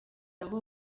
aho